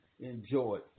Enjoy